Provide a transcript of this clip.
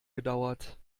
gedauert